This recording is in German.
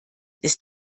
ist